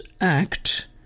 act